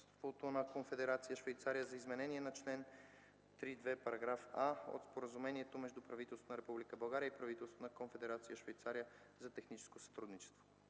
на Конфедерация Швейцария за изменение на чл. 3.2, § „а” от Споразумението между правителството на Република България и правителството на Конфедерация Швейцария за техническо сътрудничество